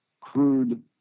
crude